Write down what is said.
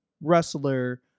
wrestler